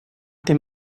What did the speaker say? dem